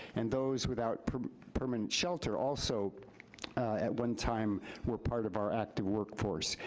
and those without permanent shelter also at one time were part of our active workforce.